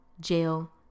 jail